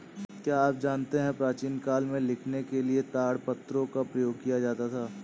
क्या आप जानते है प्राचीन काल में लिखने के लिए ताड़पत्रों का प्रयोग किया जाता था?